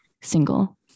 single